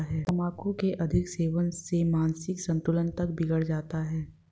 तंबाकू के अधिक सेवन से मानसिक संतुलन तक बिगड़ जाता है